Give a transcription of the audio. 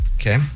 Okay